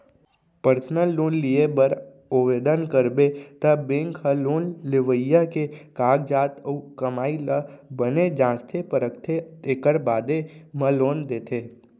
personal loan लिये बर ओवदन करबे त बेंक ह लोन लेवइया के कागजात अउ कमाई ल बने जांचथे परखथे तेकर बादे म लोन देथे